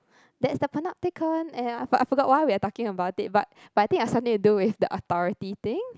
that's the Panopticon and I for~ I forgot why we are talking about it but but I think it's something to do with the authority thing